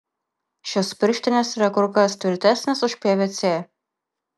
šios pirštinės yra kur kas tvirtesnės už pvc